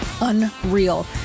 unreal